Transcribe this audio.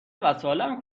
وسایلم